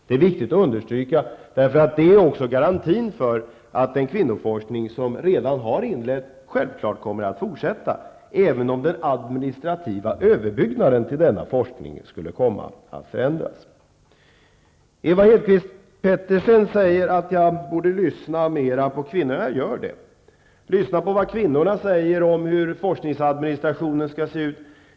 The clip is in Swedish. Det är viktigt att understryka detta. Det är också garantin för att den kvinnoforskning som redan har inletts självklart kommer att fortsätta även om den administrativa överbyggnaden till denna forskning skulle komma att förändras. Ewa Hedkvist Petersen säger att jag borde lyssna mera på kvinnorna. Men jag gör det. Jag lyssnar på vad kvinnorna säger om hur forskningsadministrationen skall se ut.